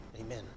Amen